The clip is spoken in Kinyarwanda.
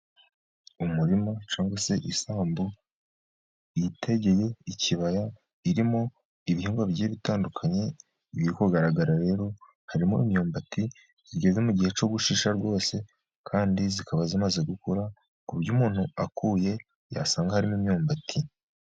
Umurima cyangwa se isambu yitegeye ikibaya, irimo ibihingwa bigiye bitandukanye, ibiri kugaragara rero, harimo imyumbati igeze mu gihe cyo gushisha rwose, kandi ikaba imaze gukura ku buryo umuntu akuye yasanga harimo imyumbati.